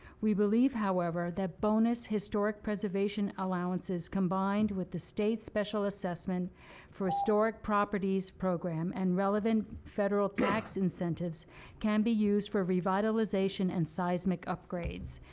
we believe, however, that bonus historic preservation allow wanses combined with the state special assessment for historic properties program and relevant federal tax incentives can be used for revitalization and seismic upgrades.